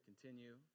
continue